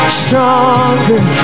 stronger